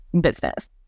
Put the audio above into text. business